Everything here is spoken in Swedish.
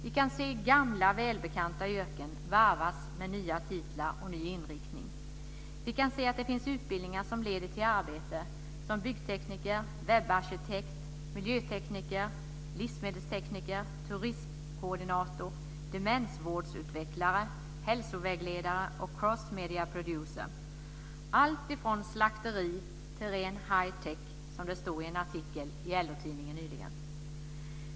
Vi kan se gamla och välbekanta yrken varvas med nya titlar och ny inriktning. Vi kan se att det finns utbildningar som leder till arbete som byggtekniker, webbarkitekt, miljötekniker, livsmedelstekniker, turismkoordinator, demensvårdsutvecklare, hälsovägledare och cross media producer - alltifrån slakteri till ren hightech, som det stod i en artikel i LO-tidningen nyligen.